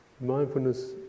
Mindfulness